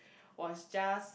was just